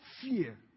fear